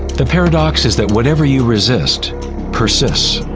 the paradox is that whatever you resist persists.